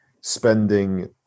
spending